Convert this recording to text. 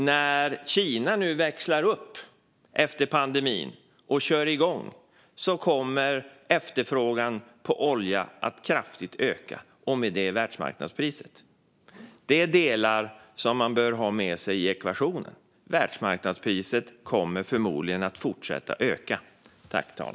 När Kina nu växlar upp efter pandemin och kör igång kommer efterfrågan på olja att kraftigt öka och med det världsmarknadspriset. Det är delar som man bör ha med sig i ekvationen: Världsmarknadspriset kommer förmodligen att fortsätta att öka.